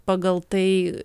pagal tai